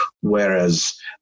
whereas